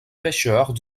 pêcheurs